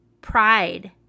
Pride